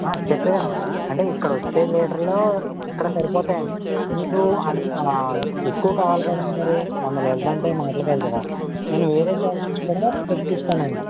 చెప్పేది వినండి అంటే ఇక్కడ వచ్చే లీటర్లు ఇక్కడ సరిపోతాయి అండి మీకు ఎక్కువ కావాలి కదండి మరి వంద లీటర్లు అంటే మాటలు కాదు కదా నేను వేరే చోట నుంచి కూడా తెప్పిస్తాను అండి